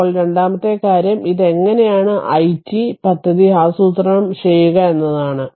ഇപ്പോൾ രണ്ടാമത്തെ കാര്യം അത് എങ്ങനെയാണ് ഐ ടി പദ്ധതി ആസൂത്രണം ചെയ്യുക എന്നതാണ്